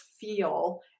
feel